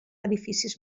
edificis